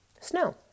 snow